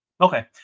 Okay